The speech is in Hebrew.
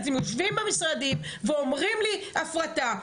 אתם יושבים במשרדים ואומרים לי הפרטה,